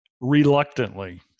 Reluctantly